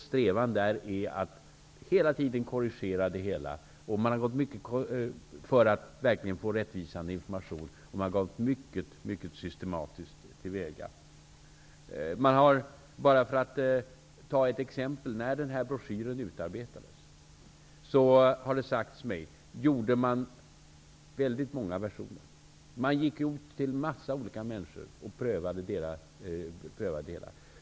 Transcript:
Strävan är hela tiden att korrigera det hela för att verkligen få en rättvisande information. Man går mycket systematiskt till väga. När broschyren utarbetades -- för att ta ett exempel -- gjorde man, har det sagts mig, väldigt många versioner. Man gick ut till en mängd olika människor och prövade delar.